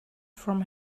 from